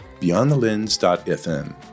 beyondthelens.fm